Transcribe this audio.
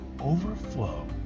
overflow